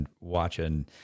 watching